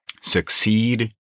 Succeed